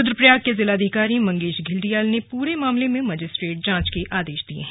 रुद्रप्रयाग के जिलाधिकारी मंगेश घिल्डियाल ने पूरे मामले में मजिस्ट्रेट जांच के आदेश दे दिए हैं